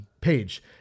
page